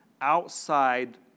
outside